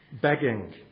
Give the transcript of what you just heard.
begging